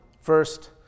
first